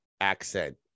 accent